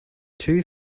two